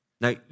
Now